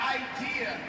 idea